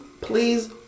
please